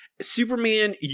Superman